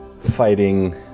fighting